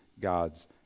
God's